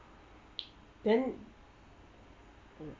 then